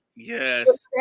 yes